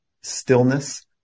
stillness